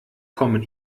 kommen